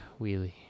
wheelie